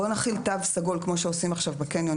בואו נחיל תו סגול כמו שעושים עכשיו בקניונים,